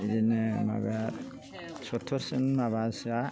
बिदिनो सत्तरजन माबासोआ